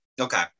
okay